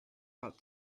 out